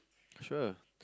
sure